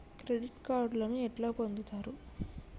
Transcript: Credit కార్డులను ఎట్లా పొందుతరు?